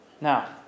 Now